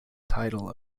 title